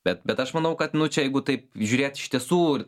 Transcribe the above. bet bet aš manau kad nu čia jeigu taip žiūrėt iš tiesų